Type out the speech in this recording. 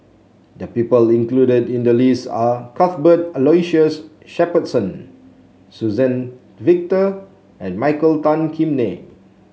the people included in the list are Cuthbert Aloysius Shepherdson Suzann Victor and Michael Tan Kim Nei